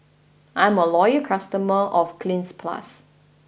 I'm a loyal customer of Cleanz Plus